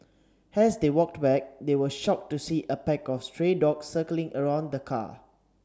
has they walked back they were shocked to see a pack of stray dogs circling around the car